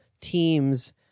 teams